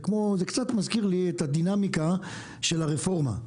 זה קצת מזכיר לי את הדינמיקה של הרפורמה.